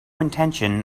intention